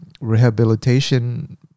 rehabilitation